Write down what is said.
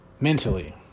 mentally